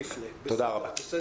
נפנה, בסדר גמור.